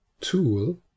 tool